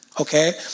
okay